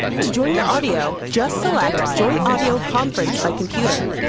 to join your audio, just select join audio conference by computer.